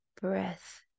breath